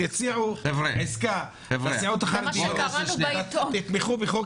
שהציעו עסקה לסיעות החרדיות שיתמכו בחוק